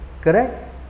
Correct